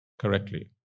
correctly